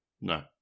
No